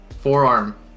forearm